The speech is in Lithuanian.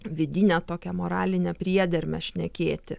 vidinę tokią moralinę priedermę šnekėti